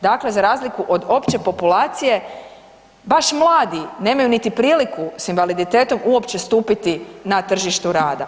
Dakle za razliku od opće populacije baš mladi nemaju niti priliku s invaliditetom uopće stupiti na tržištu rada.